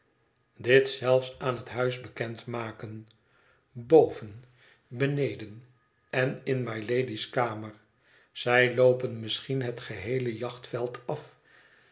dit zelfs aan het huis bekend maken boven beneden en in mylady's kamer zij loopen misschien het geheele jachtveld af